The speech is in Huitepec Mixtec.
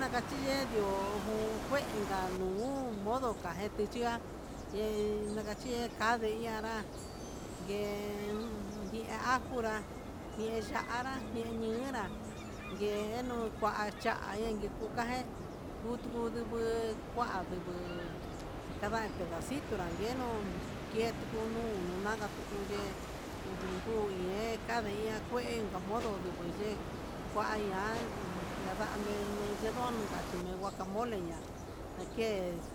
Nakachindeio jun nuu kuenka nuu modo kanguechua, nde nakache kanre ñada nguen nguna junra nichanrá, enyunra ihenu ngun kua ya'a yeni kuka jé kutu nduguu kua nduguu nde kada pedacito nrangue nu ke kutu nuu unagatuye ngune'e, kandiña kue inka modo ndubuu ye'e kua ña'a nuu ndenono kachi me'e he guacamole adiye nake